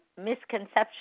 misconception